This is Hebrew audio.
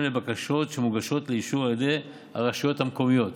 לבקשות שמוגשות לאישור על ידי הרשויות המקומיות.